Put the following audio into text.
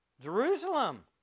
Jerusalem